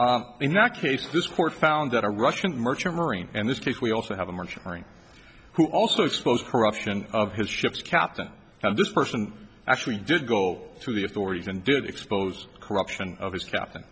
in that case this court found that a russian merchant marine and this case we also have a merchant marine who also exposed corruption of his ship's captain and this person actually did go to the authorities and did expose corruption of his cap